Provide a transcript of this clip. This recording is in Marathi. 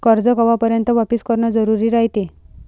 कर्ज कवापर्यंत वापिस करन जरुरी रायते?